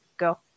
Go